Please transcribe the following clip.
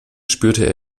spürte